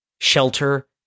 Shelter